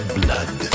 blood